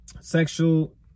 sexual